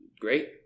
great